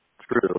true